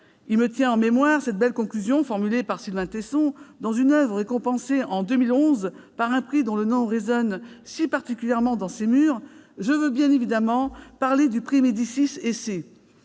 Il me vient en mémoire cette belle conclusion formulée par Sylvain Tesson dans une oeuvre récompensée en 2011 par un prix dont le nom résonne si particulièrement dans ces murs- je veux bien évidemment parler du prix Médicis Essai